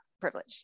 privilege